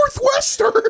Northwestern